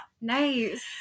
nice